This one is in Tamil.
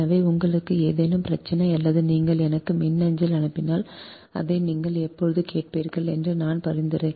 எனவே உங்களுக்கு ஏதேனும் பிரச்சனை அல்லது நீங்கள் எனக்கு மின்னஞ்சல் அனுப்பினால் இதை நீங்கள் எப்போது கேட்பீர்கள் என்பது எனது பரிந்துரை